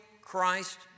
Christ